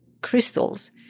crystals